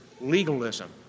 legalism